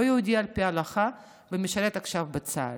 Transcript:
יהודי על פי ההלכה ומשרת עכשיו בצה"ל,